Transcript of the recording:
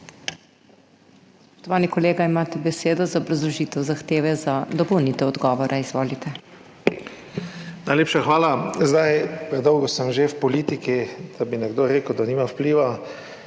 hvala. Predolgo sem že v politiki, da bi nekdo rekel, da nima vpliva,